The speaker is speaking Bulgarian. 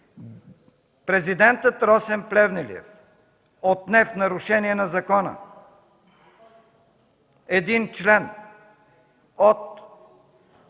Президентът Росен Плевнелиев отне в нарушение на закона един член от